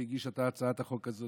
שהגישה את הצעת החוק הזאת,